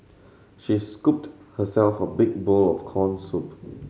she scooped herself a big bowl of corn soup